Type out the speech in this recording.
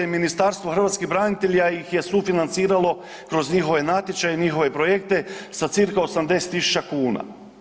Ministarstvo hrvatskih branitelja ih je sufinanciralo kroz njihove natječaje, njihove projekte sa cca 80.000 kuna.